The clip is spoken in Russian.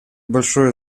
большое